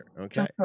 okay